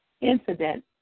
incident